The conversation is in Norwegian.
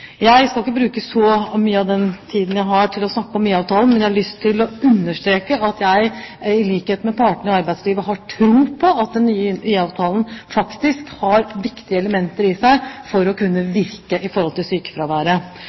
Jeg skal ikke bruke så mye av den tiden jeg har, til å snakke om IA-avtalen, men jeg har lyst til å understreke at jeg, i likhet med partene i arbeidslivet, har tro på at den nye IA-avtalen faktisk har viktige elementer i seg til å kunne virke inn på sykefraværet,